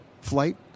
flight